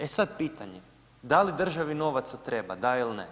E sad pitanje, da li državi novaca treba, da ili ne?